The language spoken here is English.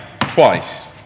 twice